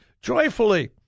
joyfully